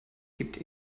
gibt